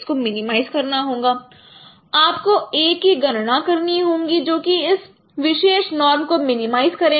को मिनिमाइज करना होगा आपको A की गणना करनी होंगी जो कि इस विशेष नॉर्म को मिनिमाइज करेगा